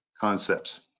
concepts